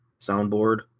Soundboard